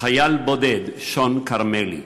חייל בודד, שון כרמלי,